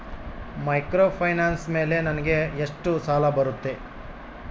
Microfinance ಮೇಲೆ ನನಗೆ ಎಷ್ಟು ಸಾಲ ಬರುತ್ತೆ?